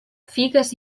figues